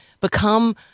become